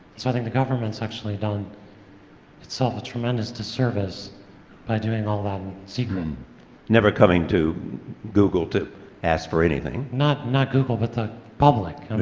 so i think the government's actually done itself a tremendous disservice by doing all that in secret. cr never coming to google to ask for anything. lp not google, but the public.